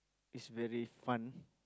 is very fun